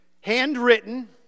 handwritten